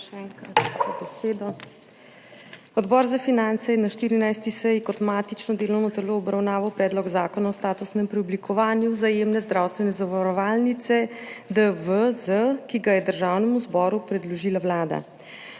še enkrat, za besedo. Odbor za finance je na 14. seji kot matično delovno telo obravnaval Predlog zakona o statusnem preoblikovanju Vzajemne zdravstvene zavarovalnice d.v.z., ki ga je Državnemu zboru predložila Vlada.